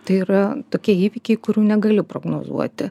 tai yra tokie įvykiai kurių negali prognozuoti